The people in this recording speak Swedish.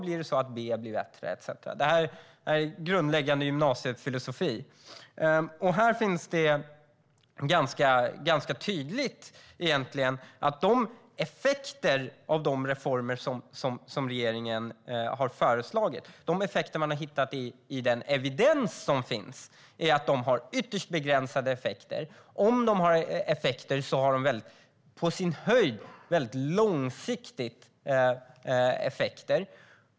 Blir B bättre om jag påverkar A? Det här är grundläggande gymnasiefilosofi. Här blir det ganska tydligt att effekterna av regeringens föreslagna reformer som man har hittat i den evidens som finns är ytterst begränsade. Om reformerna har effekter har de det på sin höjd på lång sikt.